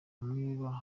bamwe